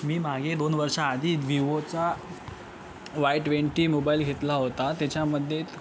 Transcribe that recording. मी मागे दोन वर्षाआधी विवोचा वाय ट्वेंटी मोबाईल घेतला होता त्याच्यामध्ये